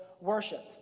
worship